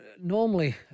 normally